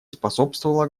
способствовало